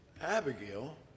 Abigail